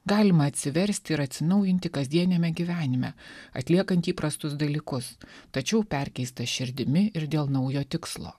galima atsiversti ir atsinaujinti kasdieniame gyvenime atliekant įprastus dalykus tačiau perkeista širdimi ir dėl naujo tikslo